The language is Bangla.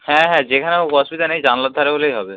হ্যাঁ হ্যাঁ যেখানে হোক অসুবিধা নেই জানলার ধারে হলেই হবে